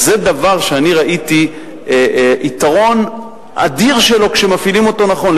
וזה דבר שאני ראיתי יתרון אדיר שלו כשמפעילים אותו נכון.